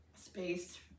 space